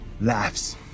laughs